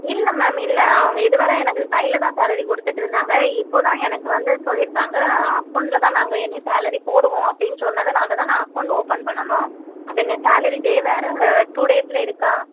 இல்லை மேம் இல்லை அவங்க இது வரை எனக்கு கையில் தான் சாலரி கொடுத்துட்டு இருந்தாங்க இப்போது தான் எனக்கு வந்து சொல்லியிருக்காங்க அக்கௌண்ட்டில் தான் நாங்கள் இனி சாலரி போடுவோம் அப்படினு சொன்னதனால தான் நான் அக்கௌண்ட் ஓப்பன் பண்ணணும்னு அப்படினு சாலரி டே வேறு டூ டேஸில் இருக்கா